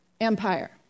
Empire